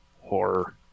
horror